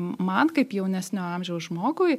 man kaip jaunesnio amžiaus žmogui